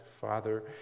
Father